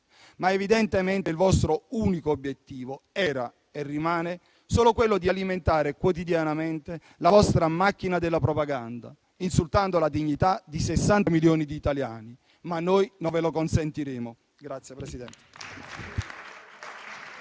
Evidentemente, però, il vostro unico obiettivo era e rimane solo quello di alimentare quotidianamente la vostra macchina della propaganda, insultando la dignità di 60 milioni di italiani, ma noi non ve lo consentiremo.